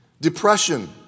depression